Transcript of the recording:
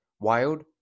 wild